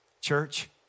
Church